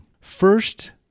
First